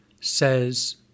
says